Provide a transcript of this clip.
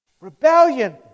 rebellion